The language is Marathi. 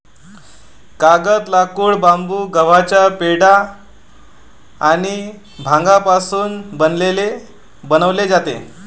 कागद, लाकूड, बांबू, गव्हाचा पेंढा आणि भांगापासून बनवले जातो